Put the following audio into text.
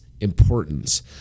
Importance